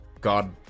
God